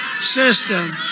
system